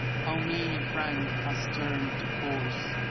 how many a friend hast turned to corse